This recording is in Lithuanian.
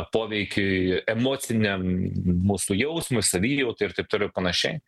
poveikiui emociniam mūsų jausmui savijautai ir taip toliau ir panašiai